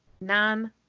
Non